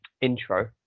intro